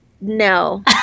no